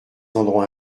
endroits